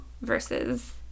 versus